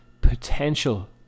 potential